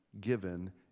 given